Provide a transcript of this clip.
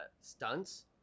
stunts